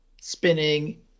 spinning